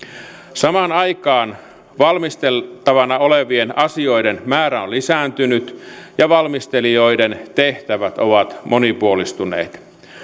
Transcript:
samaan aikaan valmisteltavana olevien asioiden määrä on lisääntynyt ja valmistelijoiden tehtävät ovat monipuolistuneet